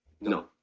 no